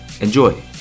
Enjoy